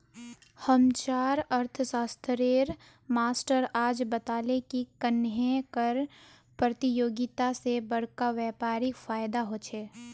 हम्चार अर्थ्शाश्त्रेर मास्टर आज बताले की कन्नेह कर परतियोगिता से बड़का व्यापारीक फायेदा होचे